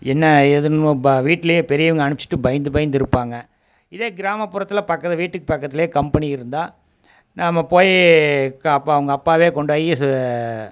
என்ன ஏதுன்னு பா வீட்டிலே பெரியவங்க அனுப்பிச்சிட்டு பயந்து பயந்து இருப்பாங்க இதே கிராமபுறத்தில் பக்கத்து வீட்டுக்கு பக்கத்தில் கம்பெனி இருந்தால் நாம் போய் கா அப்பா அவங்க அப்பாவே கொண்டோய் சு